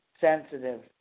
sensitive